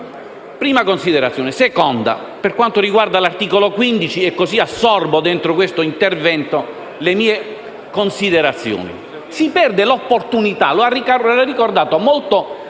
Seconda considerazione per quanto riguarda l'articolo 15 (così assorbo dentro questo intervento le mie considerazioni). Si perde un'opportunità, e lo ha ricordato molto